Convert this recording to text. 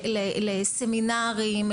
לסמינרים,